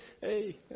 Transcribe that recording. Hey